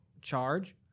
charge